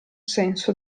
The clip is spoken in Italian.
senso